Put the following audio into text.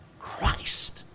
Christ